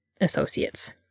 associates